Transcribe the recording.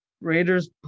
Raiders